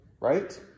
right